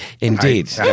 Indeed